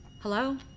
Hello